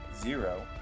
zero